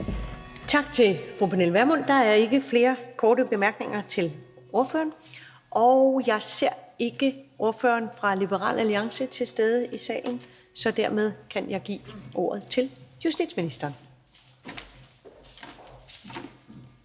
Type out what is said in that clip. Tak til fru Pernille Vermund. Der er ikke flere korte bemærkninger til ordføreren. Jeg ser ikke ordføreren for Liberal Alliance være til stede i salen. Så dermed kan jeg give ordet til justitsministeren.